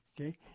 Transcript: okay